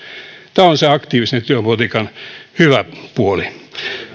tämä on se aktiivisen työvoimapolitiikan hyvä puoli